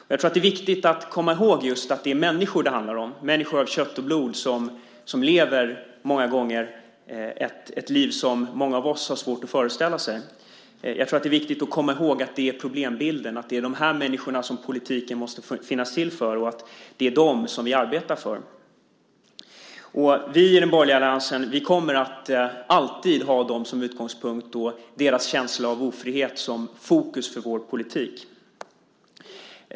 Jag tror att det är viktigt att komma ihåg att det är människor det handlar om, människor av kött och blod som många gånger lever ett liv som många av oss har svårt att föreställa sig. Det är viktigt att komma ihåg att detta är problembilden, att det är dessa människor som politiken måste finnas till för och att det är dem vi arbetar för. Vi i den borgerliga alliansen kommer alltid att ha dem som utgångspunkt och deras känsla av ofrihet som fokus för vår politik.